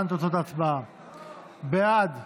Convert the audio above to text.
להלן תוצאות ההצבעה: בעד,